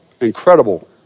incredible